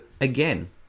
again